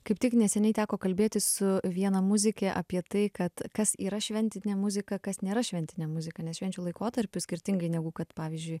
kaip tik neseniai teko kalbėtis su viena muzike apie tai kad kas yra šventinė muzika kas nėra šventinė muzika nes švenčių laikotarpiu skirtingai negu kad pavyzdžiui